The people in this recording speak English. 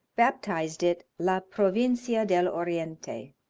baptized it la provincia del oriente.